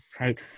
Right